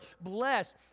bless